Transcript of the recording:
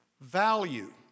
value